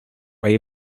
way